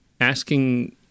asking